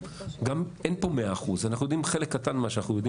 אין פה 100%. אנחנו יודעים חלק קטן ממה שאנחנו יודעים,